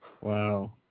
Wow